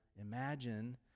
imagine